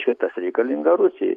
čia tas reikalinga rusijai